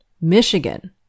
Michigan